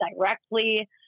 directly